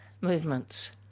movements